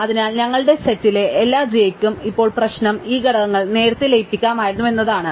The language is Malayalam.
അതിനാൽ ഞങ്ങളുടെ സെറ്റിലെ എല്ലാ j യ്ക്കും ഇപ്പോൾ പ്രശ്നം ഈ ഘടകങ്ങൾ നേരത്തെ ലയിപ്പിക്കാമായിരുന്നു എന്നതാണ്